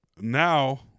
now